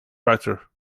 writer